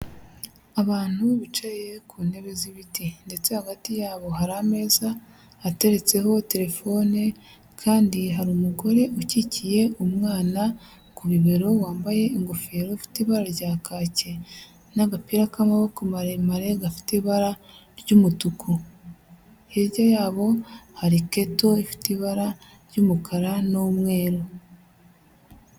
Abantu bicaye ku ntebe z'ibiti ndetse hagati y'abo hari ameza ateretseho telefone kandi hari umugore ukikiye umwana ku bibero wambaye ingofero ifite ibara rya kake n'agapira k'amaboko maremare gafite ibara ry'umutuku, hirya y'abo hari keto ifite ibara ry'umukara n'umweru.